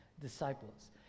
disciples